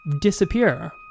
disappear